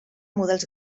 models